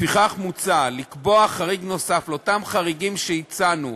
לפיכך, מוצע לקבוע חריג נוסף לאותם חריגים שהצענו,